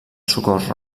socors